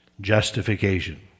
justification